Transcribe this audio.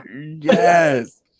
Yes